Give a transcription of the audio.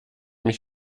mich